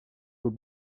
aux